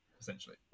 essentially